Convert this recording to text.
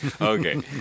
Okay